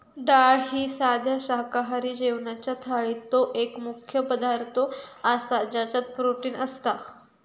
डाळ ही साध्या शाकाहारी जेवणाच्या थाळीतलो एक मुख्य पदार्थ आसा ज्याच्यात प्रोटीन असता